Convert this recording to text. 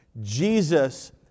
Jesus